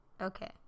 Okay